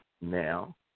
now